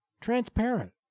transparent